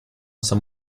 some